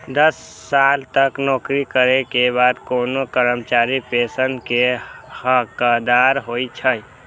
दस साल तक नौकरी करै के बाद कोनो कर्मचारी पेंशन के हकदार होइ छै